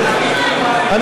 אל תדאגי,